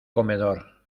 comedor